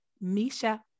Misha